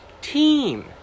Team